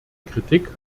kritik